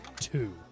Two